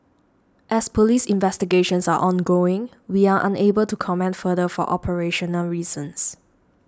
as Police investigations are ongoing we are unable to comment further for operational reasons